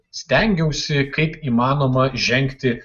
stengiausi kaip įmanoma žengti